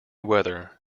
weather